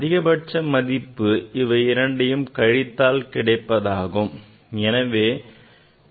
குறைந்தபட்ச மதிப்பு இவை இரண்டையும் கழிப்பதால் கிடைப்பதாகும்